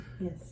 Yes